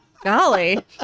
Golly